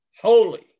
holy